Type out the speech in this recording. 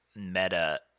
meta